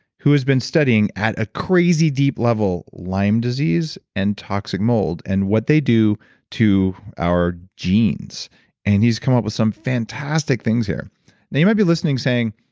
who has been studying at a crazy deep level lyme disease and toxic mold and what they do to our genes and he's come up with some fantastic things here now you might be listening saying,